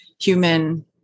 human